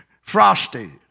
frosty